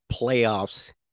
playoffs